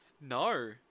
No